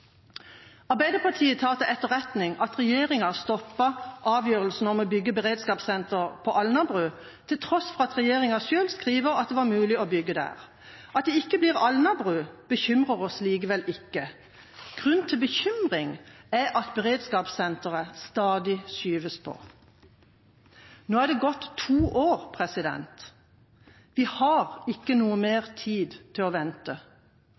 Arbeiderpartiet tar til etterretning at regjeringa stoppet avgjørelsen om å bygge beredskapssenter på Alnabru, til tross for at regjeringa selv skriver at det var mulig å bygge der. At det ikke blir Alnabru bekymrer oss likevel ikke. Det som gir grunn til bekymring, er at beredskapssenteret stadig skyves på. Nå er det gått to år. Vi har ikke tid til å vente